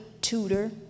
tutor